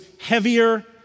heavier